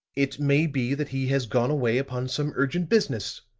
it may be that he has gone away upon some urgent business,